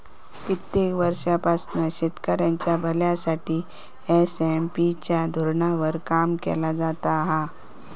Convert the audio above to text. कित्येक वर्षांपासना शेतकऱ्यांच्या भल्यासाठी एस.एम.पी च्या धोरणावर काम केला जाता हा